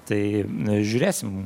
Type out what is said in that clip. tai žiūrėsim